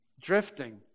drifting